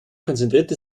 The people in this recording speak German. konzentrierte